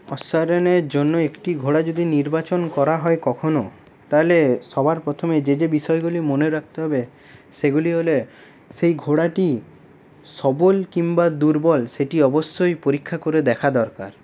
অশ্বারোহনের জন্য একটি ঘোড়া যদি নির্বাচন করা হয় কখনো তাহলে সবার প্রথমে যে যে বিষয়গুলি মনে রাখতে হবে সেইগুলি হল সেই ঘোড়াটি সবল কিংবা দুর্বল সেটি অবশ্যই পরীক্ষা করে দেখা দরকার